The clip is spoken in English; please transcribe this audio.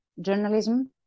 journalism